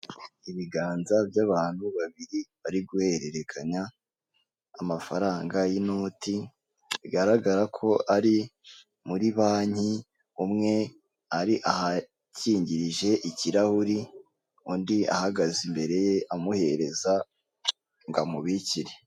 Ibiganza by'abantu babiri bari guhererekanya amafaranga y'inoti, bigaragara ko ari muri banki, umwe ari ahakingirije ikirahuri undi ahagaze imbere ye amuhereza ngo amubikire.